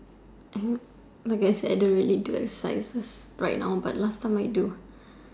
and I guess I don't really do exercises right now but last time I do